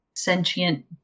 sentient